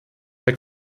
herr